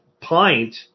pint